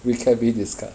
we can be discussed